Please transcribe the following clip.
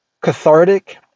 cathartic